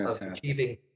achieving